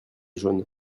jaune